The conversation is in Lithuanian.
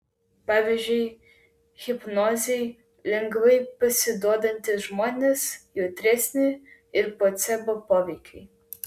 pavyzdžiui hipnozei lengvai pasiduodantys žmonės jautresni ir placebo poveikiui